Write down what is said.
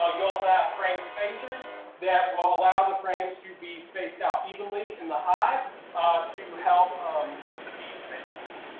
um you also have frame spacers that will allow the frames to be spaced out evenly in the hive to help um with the bee space.